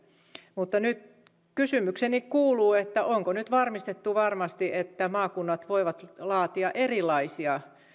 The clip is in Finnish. mutta nyt kysymykseni kuuluu onko nyt varmistettu varmasti että maakunnat voivat laatia erilaisia